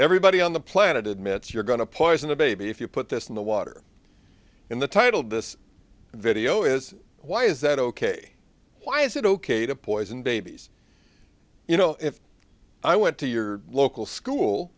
everybody on the planet admits you're going to poison a baby if you put this in the water in the title of this video is why is that ok why is it ok to poison babies you know if i went to your local school